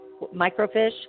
microfish